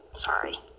Sorry